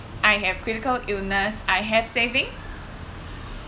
I have critical illness I have savings